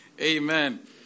Amen